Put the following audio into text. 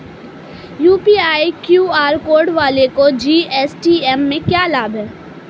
UPI QR code वालों को GST में लाभ क्या है?